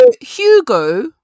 Hugo